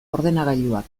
ordenagailuak